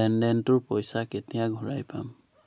লেনদেনটোৰ পইচা কেতিয়া ঘূৰাই পাম